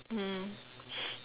mm